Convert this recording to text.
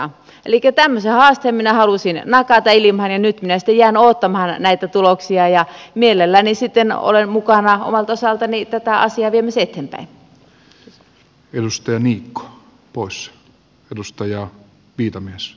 tämmöisen haasteen minä halusin nakata ilmaan ja nyt minä sitten jään odottamaan näitä tuloksia ja mielelläni sitten olen mukana omalta osaltani tätä asiaa viemässä eteenpäin